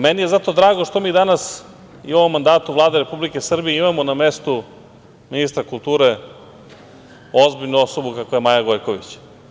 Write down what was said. Meni je drago što mi danas i u ovom mandatu Vlade Republike Srbije imamo na mestu ministra kulture ozbiljnu osobu kakva je Maja Gojković.